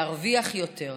להרוויח יותר.